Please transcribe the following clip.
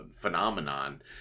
phenomenon